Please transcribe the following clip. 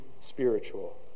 Spiritual